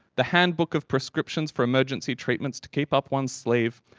the handbook of prescriptions for emergency treatments to keep up one's sleeve,